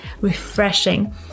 refreshing